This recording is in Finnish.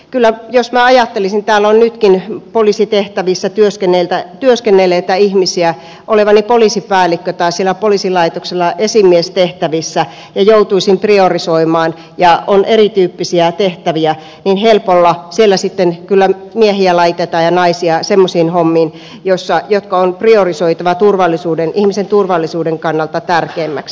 kyllä jos minä ajattelisin täällä on nytkin poliisitehtävissä työskennelleitä ihmisiä olevani poliisipäällikkö tai siellä poliisilaitoksella esimiestehtävissä ja joutuisin priorisoimaan ja on erityyppisiä tehtäviä niin helpolla siellä sitten kyllä miehiä ja naisia laitetaan semmoisiin hommiin jotka on priorisoitava ihmisen turvallisuuden kannalta tärkeimmäksi